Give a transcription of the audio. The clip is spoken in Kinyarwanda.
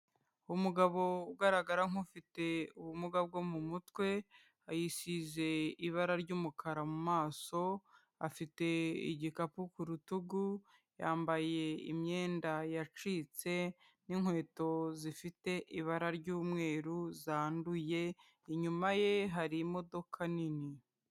Umugabo ugaragara nk'ufite ubumuga bwo mu mutwe, yisize ibara ry'umukara mu maso, afite igikapu ku rutugu, yambaye imyenda yacitse n'inkweto zifite ibara ryumweru zanduye, inyuma ye hari imodoka nini.